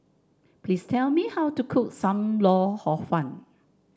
please tell me how to cook Sam Lau Hor Fun